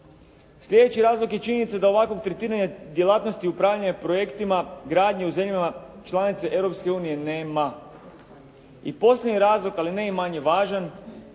Sljedeći razlog je činjenica da ovako tretiranje djelatnosti upravljanja projektima, gradnjama u zemljama članicama Europske unije nema. I posljednji razlog, ali ne i manje važan,